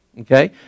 Okay